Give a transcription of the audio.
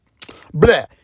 bleh